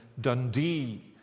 Dundee